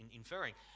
inferring